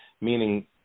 meaning